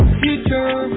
future